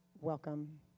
welcome